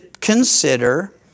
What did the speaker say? consider